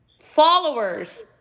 Followers